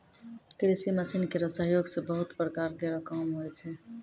कृषि मसीन केरो सहयोग सें बहुत प्रकार केरो काम होय छै